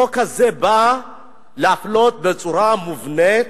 החוק הזה בא להפלות בצורה מובנית